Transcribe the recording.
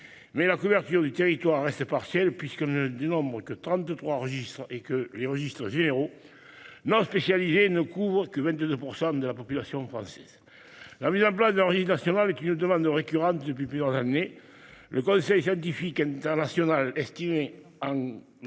Mais la couverture du territoire reste partielle, puisque l'on ne dénombre que 33 registres et que les registres généraux non spécialisés ne couvrent que 22 % de la population française. La mise en place d'un registre national est une demande récurrente depuis plusieurs années. Le Conseil scientifique international estimait en